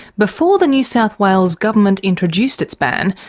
before the new south wales government introduced its ban,